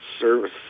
Service